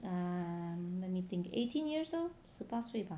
err let me think eighteen years old 十八岁吧